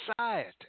society